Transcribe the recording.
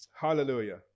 hallelujah